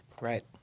Right